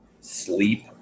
sleep